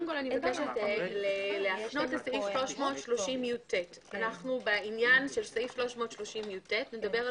מבקשת להפנות לסעיף 330יט. הוא מדבר על